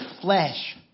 flesh